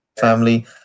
family